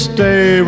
Stay